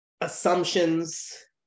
assumptions